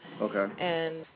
Okay